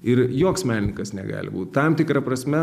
ir joks menininkas negali būt tam tikra prasme